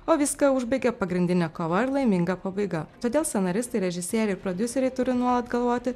o viską užbaigia pagrindinė kova ir laiminga pabaiga todėl scenaristai režisieriai ir prodiuseriai turi nuolat galvoti